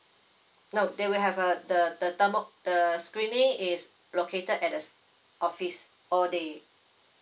no they will have a the the thermo~ the screening is located at the office all day